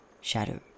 shadow